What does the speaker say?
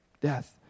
death